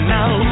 Now